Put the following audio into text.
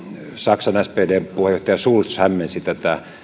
saksan spdn puheenjohtaja schulz hämmensi tätä